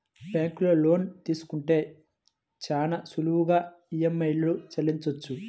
బ్యేంకులో లోన్లు తీసుకుంటే చాలా సులువుగా ఈఎంఐలను చెల్లించొచ్చు